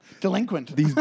Delinquent